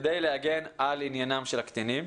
כדי להגן על עניינם של הקטינים.